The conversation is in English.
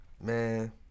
man